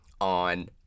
on